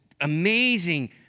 amazing